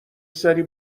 سری